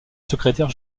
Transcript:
secrétaire